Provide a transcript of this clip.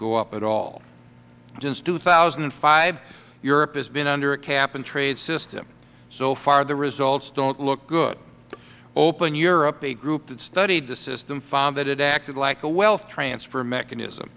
go up at all since two thousand and five europe has been under a cap and trade system so far the results don't look good open europe a group that studied the system found that it acted like a wealth transfer mechanism